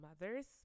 mothers